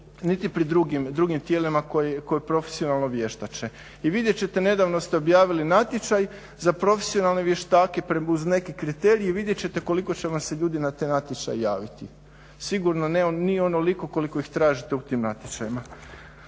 niti pri drugim tijelima koje profesionalno vještače. I vidjet ćete, nedavno ste objavili natječaj za profesionalne vještake uz neki kriterij i vidjet ćete koliko će vam se ljudi na taj natječaj javiti, sigurno nije onoliko koliko ih tražite u tim natječajima.